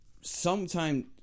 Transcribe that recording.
sometime